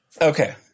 Okay